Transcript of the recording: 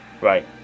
Right